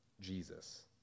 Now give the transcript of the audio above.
Jesus